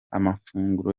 amafunguro